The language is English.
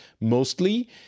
mostly